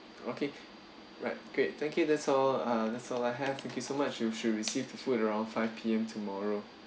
okay right great okay that's all uh that's all I have thank you so much you should receive the food around five P_M tomorrow